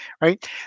right